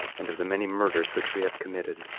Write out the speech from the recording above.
and of the many murders which we have committed.